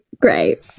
great